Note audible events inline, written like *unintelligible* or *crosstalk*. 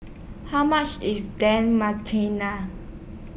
How much IS Dan *unintelligible*